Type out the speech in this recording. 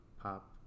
pop